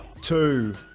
Two